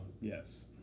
yes